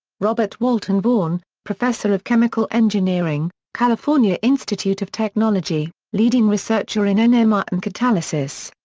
robert walton vaughan, professor of chemical engineering, california institute of technology, leading researcher in ah nmr and catalysis.